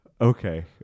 Okay